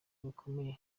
bikomeye